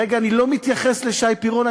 רגע, אני לא מתייחס לשי פירון.